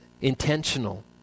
intentional